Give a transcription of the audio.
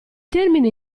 termine